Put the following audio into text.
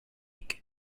egg